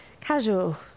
casual